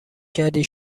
کردی